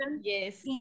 Yes